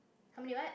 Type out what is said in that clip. how many what